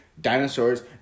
dinosaurs